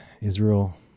Israel